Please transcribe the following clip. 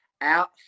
out